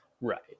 Right